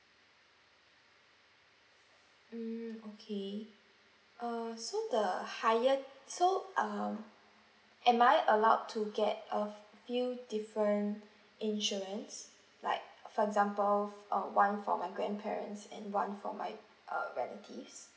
mm okay err so the higher so um am I allowed to get a few different insurance like for example uh one for my grandparents and one for my uh relatives